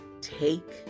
Take